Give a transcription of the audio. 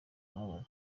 kababaro